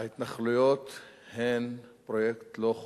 ההתנחלויות הן פרויקט לא חוקי,